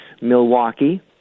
Milwaukee